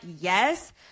yes